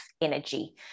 energy